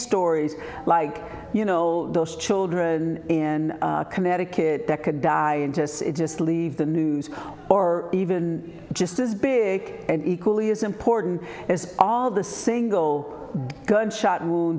stories like you know those children in connecticut that could die and to us it just leaves the news or even just as big and equally as important as all the single gunshot